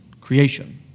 creation